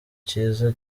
cyiza